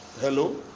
Hello